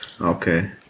Okay